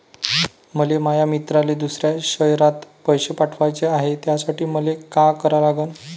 मले माया मित्राले दुसऱ्या शयरात पैसे पाठवाचे हाय, त्यासाठी मले का करा लागन?